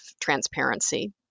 transparency